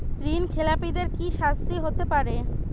ঋণ খেলাপিদের কি শাস্তি হতে পারে?